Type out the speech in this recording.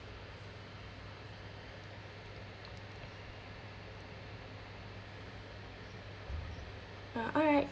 ah alright